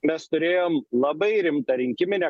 mes turėjom labai rimtą rinkiminę